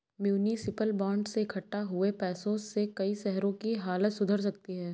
municipal bond से इक्कठा हुए पैसों से कई शहरों की हालत सुधर सकती है